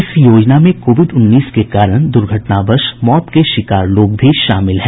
इस योजना में कोविड उन्नीस के कारण दुर्घटनावश मौत के शिकार लोग भी शामिल हैं